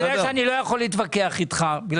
אתה יודע שאני לא יכול להתווכח איתך בגלל